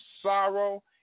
sorrow